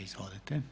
Izvolite.